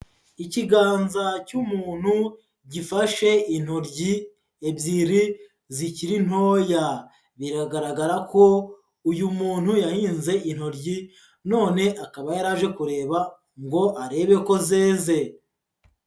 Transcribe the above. Ikiganza cy'umuntu gifashe intoryi ebyiri zikiri ntoya, biragaragara ko uyu muntu yahinze intoryi none akaba yaraje kureba ngo arebe ko zeze.